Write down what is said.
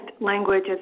language